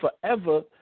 Forever